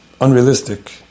unrealistic